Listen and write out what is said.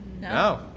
No